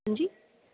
ਹੈਂਜੀ